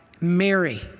Mary